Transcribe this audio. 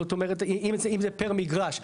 זאת אומרת, אם זה פר מגרש.